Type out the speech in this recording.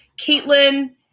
Caitlin